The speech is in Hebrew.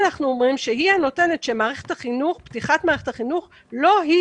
אנחנו אומרים שהיא הנותנת שפתיחת מערכת החינוך לא היא